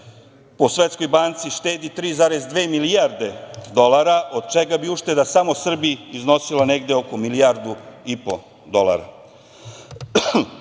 po Svetskoj banci štedi 3,2 milijarde dolara od čega bi ušteda samo Srbiji iznosilo negde oko milijardu i po dolara.